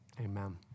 Amen